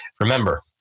Remember